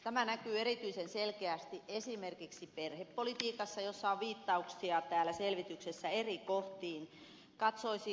tämä näkyy erityisen selkeästi esimerkiksi perhepolitiikassa jossa on viittauksia täällä selvityksessä eri kohdissa